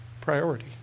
priority